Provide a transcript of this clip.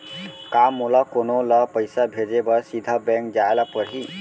का मोला कोनो ल पइसा भेजे बर सीधा बैंक जाय ला परही?